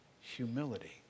humility